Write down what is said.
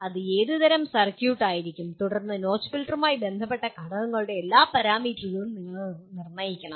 ഇത് ഏത് തരം സർക്യൂട്ട് ആയിരിക്കും തുടർന്ന് നോച്ച് ഫിൽട്ടറുമായി ബന്ധപ്പെട്ട ഘടകങ്ങളുടെ എല്ലാ പാരാമീറ്ററുകളും നിങ്ങൾ നിർണ്ണയിക്കണം